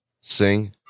sing